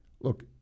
look